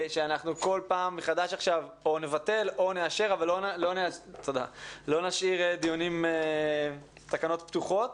סות שכל פעם מחדש או נבטל או נאשר אבל לא נשאיר תקנות פתוחות